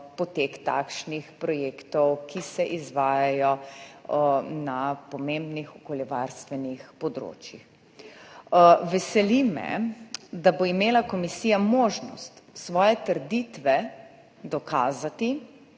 takšnih projektov, ki se izvajajo na pomembnih okoljevarstvenih področjih. Veseli me, da bo imela komisija možnost svoje trditve dokazati